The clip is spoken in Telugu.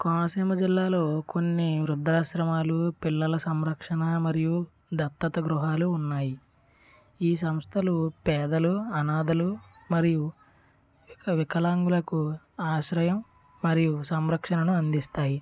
కోనసీమ జిల్లాలో కొన్ని వృద్ధాశ్రమాలు పిల్లల సంరక్షణ మరియు దత్తత గృహాలు ఉన్నాయి ఈ సంస్థలు పేదలు ఆనాధలు మరియు వికలాంగులకు ఆశ్రయం మరియు సంరక్షణను అందిస్తాయి